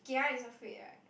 kia it's afraid right